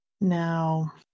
Now